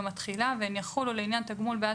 יום התחילה) והן יחולו לעניין תגמול בעד